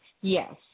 Yes